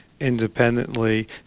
independently